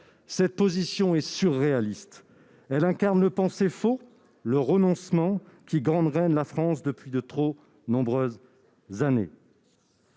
Cette position est surréaliste. Elle incarne le penser faux et le renoncement qui gangrènent la France depuis de trop nombreuses années.